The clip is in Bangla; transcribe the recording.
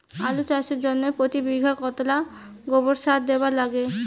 আলু চাষের জইন্যে প্রতি বিঘায় কতোলা গোবর সার দিবার লাগে?